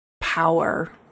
Power